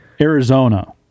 Arizona